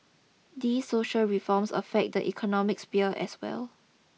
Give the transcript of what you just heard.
these social reforms affect the economic spear as well